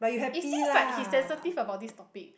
it seems like he's sensitive about this topic